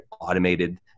automated